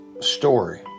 story